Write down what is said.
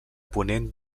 ponent